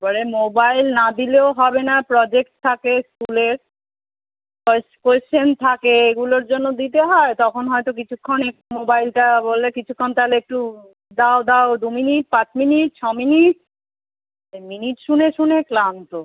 এবারে মোবাইল না দিলেও হবে না প্রজেক্টস থাকে স্কুলের প্লাস কোশ্চেন থাকে এগুলোর জন্য দিতে হয় তখন হয়তো কিছুক্ষণে মোবাইলটা বলে কিছুক্ষণ একটু দাও দাও দু মিনিট পাঁচ মিনিট ছ মিনিট এই মিনিট শুনে শুনে ক্লান্ত